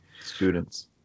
students